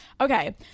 okay